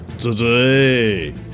today